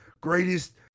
greatest